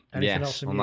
Yes